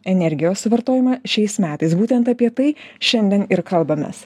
energijos suvartojimą šiais metais būtent apie tai šiandien ir kalbamės